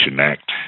Act